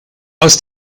aus